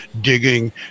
digging